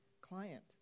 client